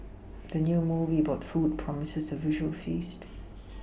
the new movie about food promises a visual feast